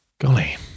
Golly